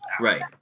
Right